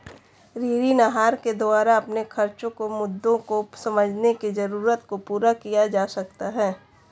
ऋण आहार के द्वारा अपने खर्चो के मुद्दों को समझने की जरूरत को पूरा किया जा सकता है